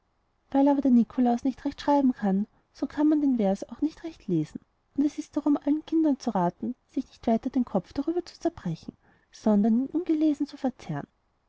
weil aber der nikolaus nicht recht schreiben kann so kann man den vers auch nicht recht lesen und es ist darum allen kindern zu raten sich nicht weiter den kopf darüber zu zerbrechen sondern ihn ungelesen zu verzehren